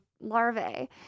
larvae